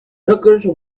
hookahs